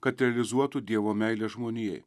kad realizuotų dievo meilę žmonijai